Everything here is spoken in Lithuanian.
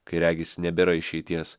kai regis nebėra išeities